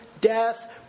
death